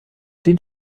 den